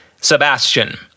Sebastian